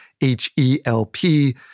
H-E-L-P